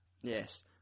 Yes